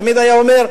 תמיד היה אומר: